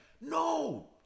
no